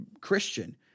Christian